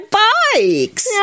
bikes